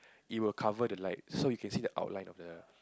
it will cover the light so you can see the outline of the